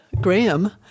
Graham